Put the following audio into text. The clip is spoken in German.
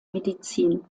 medizin